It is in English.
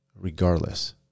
regardless